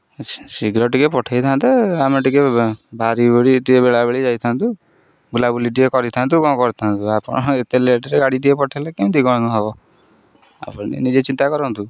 ଶୀଘ୍ର ଟିକିଏ ପଠାଇଥାନ୍ତେ ଆମେ ଟିକିଏ ଭାରି ଟିକିଏ ବେଳାବେଳି ଯାଇଥାନ୍ତୁ ବୁଲାବୁଲି ଟିକିଏ କରିଥାନ୍ତୁ କ'ଣ କରିଥାନ୍ତୁ ଆପଣ ଏତେ ଲେଟ୍ରେ ଗାଡ଼ି ଟିକିଏ ପଠାଇଲେ କେମିତି କ'ଣ ହେବ ଆପଣ ନିଜେ ଚିନ୍ତା କରନ୍ତୁ